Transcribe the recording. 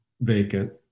vacant